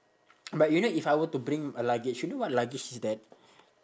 but you know if I were to bring a luggage you know what luggage is that